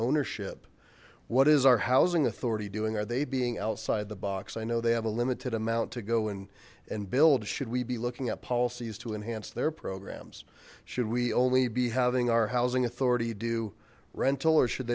ownership what is our housing authority doing are they being outside the box i know they have a limited amount to go and and build should we be looking at policies to enhance their programs should we only be having our housing authority do rental or should